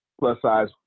plus-size